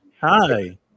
hi